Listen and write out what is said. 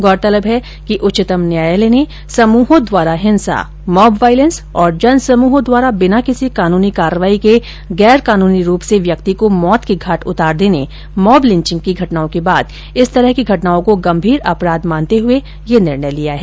गौरतलब है कि उच्चतम न्यायालय ने समूहों द्वारा हिंसा मॉब वॉइलेन्स और जनसमूहों द्वारा बिना किसी कानूनी कार्यवाही के गैर कानूनी रूप से व्यक्ति को मौत के घाट उतार देने मॉब लिंचिंग की घटनाओं के बाद इस तरह की घटनाओं को गम्भीर अपराध मानते हुए यह निर्णय लिया है